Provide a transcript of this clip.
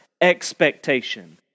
expectation